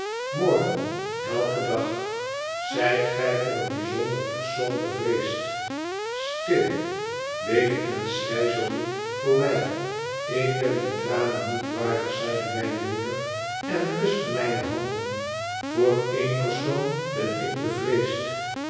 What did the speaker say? morgen eiken dag zijt gij voor een bijzonder persoon bevreesd stil beef en schrei zoo niet voor mij ik ben die tranen niet waardig zeide mijne moeder en kuste mijne handen voor één persoon ben ik bevreesd